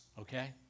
Okay